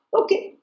Okay